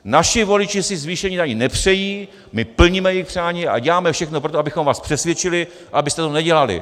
Naši voliči si zvýšení daní nepřejí, my plníme jejich přání a děláme všechno pro to, abychom vás přesvědčili, abyste to nedělali.